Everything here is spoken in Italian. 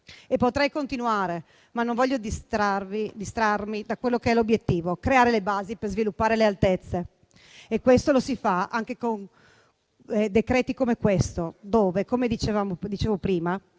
Potrei continuare, ma non voglio distrarmi da quello che è l'obiettivo: creare le basi per sviluppare le altezze. Questo lo si fa anche con provvedimenti come questo, dove - come dicevo prima